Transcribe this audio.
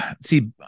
see